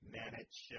manage